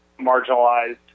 marginalized